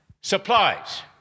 supplies